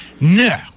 No